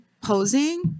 posing